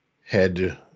head